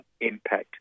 impact